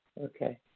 Okay